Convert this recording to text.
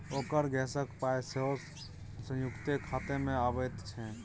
ओकर गैसक पाय सेहो संयुक्ते खातामे अबैत छै